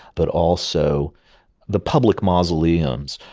but also the public mausoleums,